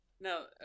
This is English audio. Now